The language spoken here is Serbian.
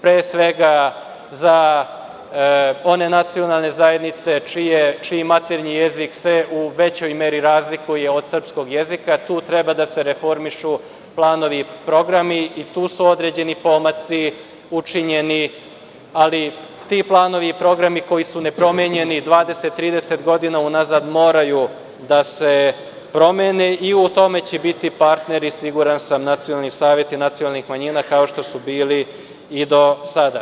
Pre svega za one nacionalne zajednice čiji maternji jezik se u većoj meri razlikuje od srpskog jezika, tu treba da se reformišu planovi i programi i tu su određeni pomaci učinjeni, ali ti planovi i programi koji su nepromenjeni 20, 30 godina unazad, moraju da se promene i u tome će biti partneri, siguran sam, nacionalni saveti nacionalnih manjina kao što su bili i do sada.